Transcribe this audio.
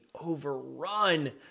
overrun